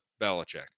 Belichick